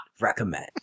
recommend